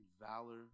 valor